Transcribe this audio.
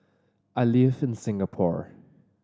I live in Singapore